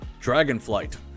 Dragonflight